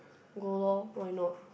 go lor why not